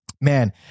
man